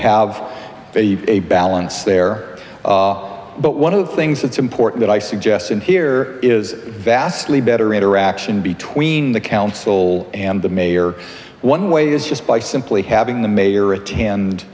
have a balance there but one of the things that's important i suggested here is vastly better interaction between the council and the mayor one way is just by simply having the mayor attend